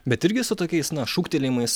bet irgi su tokiais na šūktelėjimais